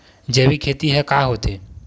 जैविक खेती ह का होथे?